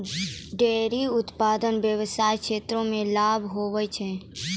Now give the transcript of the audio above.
dairy उप्तादन व्याबसाय क्षेत्र मे लाभ हुवै छै